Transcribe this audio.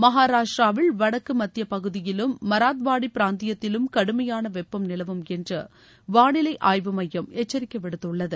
மகாராஷ்டிராவில் வடக்கு மத்திய பகுதியிலும் மராத்வாடி பிராந்தியத்திலும் கடுமையான வெப்பம் நிலவும் என்று வானிலை ஆய்வு மையம் எச்சரிக்கை விடுத்துள்ளது